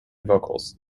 vocals